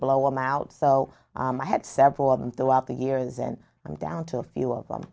blow him out so i had several of them throughout the years and i'm down to a few of them